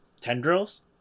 tendrils